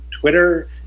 Twitter